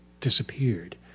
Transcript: disappeared